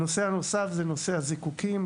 הנושא הנוסף הוא נושא הזיקוקים.